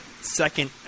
second